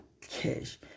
cash